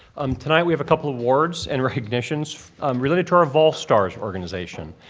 um tonight we have a couple awards and recognitions related to our vol stars organization.